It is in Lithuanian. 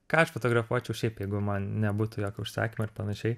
ką aš fotografuočiau šiaip jeigu man nebūtų jokio užsakymo ir panašiai